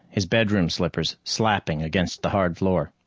his bedroom slippers slapping against the hard floor.